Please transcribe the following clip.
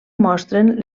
mostren